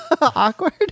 awkward